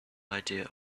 idea